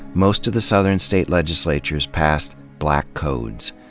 most of the southern state legislatures passed black codes.